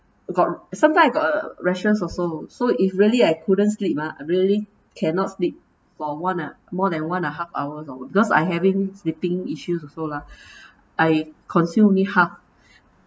got sometime I got uh rashes also so if really I couldn't sleep ah I really cannot sleep for one uh more than one and half hours oh because I having sleeping issues also lah I consume only half